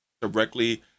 directly